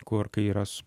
kur kai yra